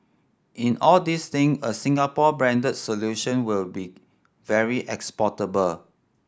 in all these thing a Singapore branded solution will be very exportable